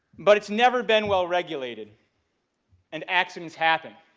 but it's never been well regulated and accidents happen,